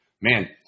man